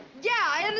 yeah,